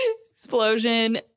Explosion